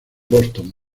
boston